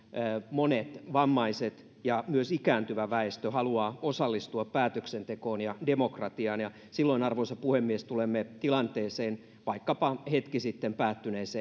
monet vammaiset ja myös ikääntyvä väestö haluaa osallistua päätöksentekoon ja demokratiaan ja silloin arvoisa puhemies tulemme sellaiseen tilanteeseen kuin vaikkapa hetki sitten päättynyt